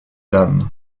dames